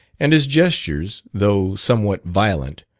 and his jestures, though somewhat violent,